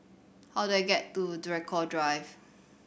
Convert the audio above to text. how do I get to Draycott Drive